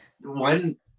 One